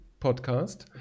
podcast